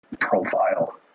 profile